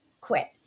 quit